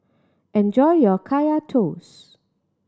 enjoy your Kaya Toast